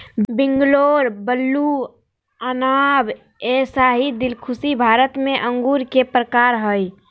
Bangalore blue, अनाब ए शाही, दिलखुशी भारत में अंगूर के प्रकार हय